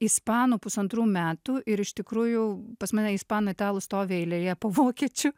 ispanų pusantrų metų ir iš tikrųjų pas mane ispanų italų stovi eilėje po vokiečių